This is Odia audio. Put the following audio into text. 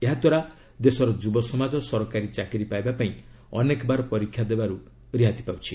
ଏହାଦ୍ୱାରା ଦେଶର ଯୁବସମାଜ ସରକାରୀ ଚାକିରୀ ପାଇବାପାଇଁ ଅନେକବାର ପରୀକ୍ଷା ଦେବାରୁ ରିହାତି ପାଉଛି